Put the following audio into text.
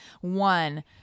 one